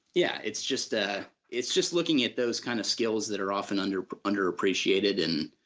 yeah, it's just ah it's just looking at those kind of skills that are often under under appreciated and